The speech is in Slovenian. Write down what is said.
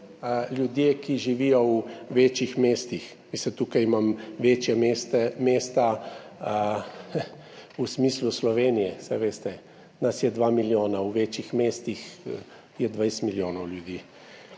ljudje, ki živijo v večjih mestih, tukaj mislim večja mesta v smislu Slovenije, saj veste, nas je dva milijona, v večjih mestih je 20 milijonov ljudi.